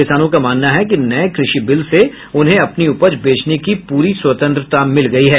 किसानों का मानना है कि नये कृषि बिल से उन्हें अपनी उपज बेचने की पूरी स्वतंत्रता मिल गयी है